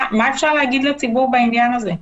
מה אפשר להגיד לציבור בעניין הזה?